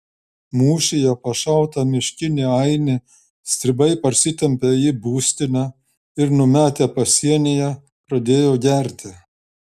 mūšyje pašautą miškinį ainį stribai parsitempė į būstinę ir numetę pasienyje pradėjo gerti